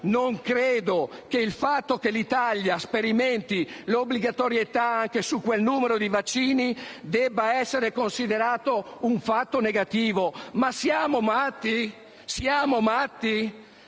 «Non credo che il fatto che l'Italia sperimenti l'obbligatorietà anche su quel numero di vaccini debba essere considerato un fatto negativo». Ma siamo matti? Siamo matti?